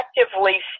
actively